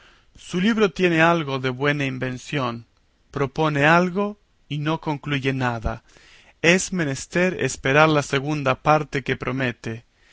su libro tiene algo de buena invención propone algo y no concluye nada es menester esperar la segunda parte que promete